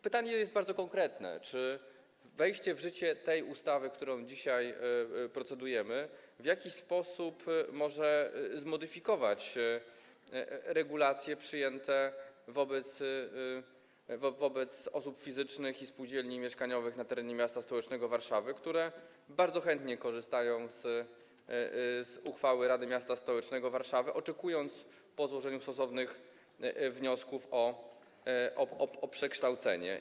Pytanie jest bardzo konkretne: Czy wejście w życie tej ustawy, nad którą dzisiaj procedujemy, w jakiś sposób może zmodyfikować regulacje przyjęte wobec osób fizycznych i spółdzielni mieszkaniowych na terenie m.st. Warszawy, które bardzo chętnie korzystają z uchwały Rady m.st. Warszawy, oczekując, po złożeniu stosownych wniosków, na przekształcenie?